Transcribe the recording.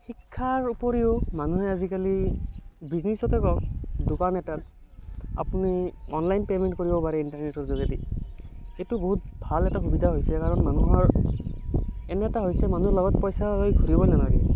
শিক্ষাৰ উপৰিও মানুহে আজিকালি বিজনেছতে হওক দোকান এটাত আপুনি অনলাইন পেমেণ্ট কৰিব পাৰে ইণ্টাৰনেটৰ যোগেদি এইটো বহুত ভাল এটা সুবিধা হৈছে কাৰণ মানুহৰ এনে এটা হৈছে মানুহে লগত পইচা লৈ ঘুৰিব নালাগে